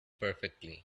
perfectly